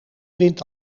wint